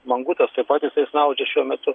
mangutas taip pat jisai snaudžia šiuo metu